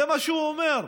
זה מה שהוא אומר.